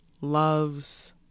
loves